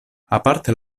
aparte